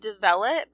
develop